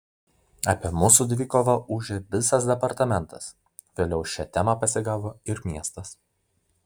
apie mūsų dvikovą ūžė visas departamentas vėliau šią temą pasigavo ir miestas